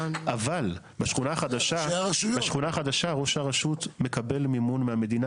אבל בשכונה החדשה ראש הרשות מקבל מימון מהמדינה,